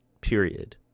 period